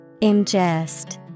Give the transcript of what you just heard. Ingest